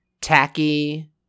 tacky